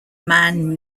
man